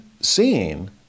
seeing